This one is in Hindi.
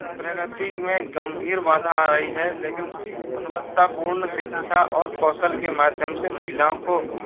प्रगति में गंभीर बाधा आई है लेकिन गुणवत्तापूर्ण शिक्षा और कौशल के माध्यम से महिलाओं को